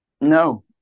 No